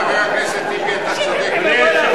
חבר הכנסת טיבי, אתה צודק.